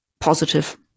positive